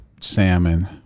salmon